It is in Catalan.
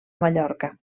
mallorca